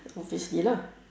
obviously lah